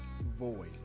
Void